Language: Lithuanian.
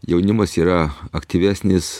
jaunimas yra aktyvesnis